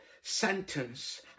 sentence